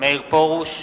מאיר פרוש,